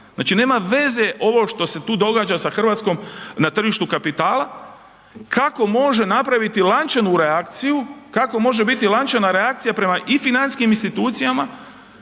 znači nema veze ovo što se tu događa sa Hrvatskom na tržištu kapitala, kako može napraviti lančanu reakciju, kako može biti lančana reakcija i prema financijskim institucijama